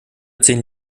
zehn